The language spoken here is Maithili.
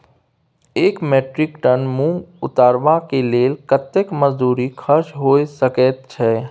एक मेट्रिक टन मूंग उतरबा के लेल कतेक मजदूरी खर्च होय सकेत छै?